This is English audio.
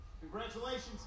Congratulations